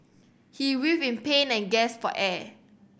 he writhed in pain and gasped for air